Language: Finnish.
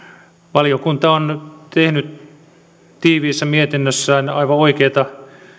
valiokunta on nyt tehnyt tiiviissä mietinnössään aivan oikeita